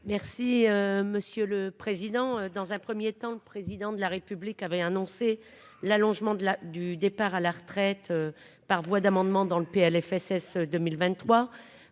Merci monsieur le président, dans un 1er temps, le président de la République avait annoncé l'allongement de la du départ à la retraite par voie d'amendement dans le PLFSS 2023